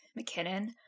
mckinnon